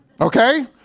okay